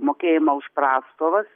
mokėjimą už prastovas